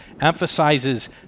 emphasizes